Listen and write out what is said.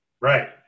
Right